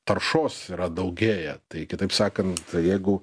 taršos yra daugėja tai kitaip sakant tai jeigu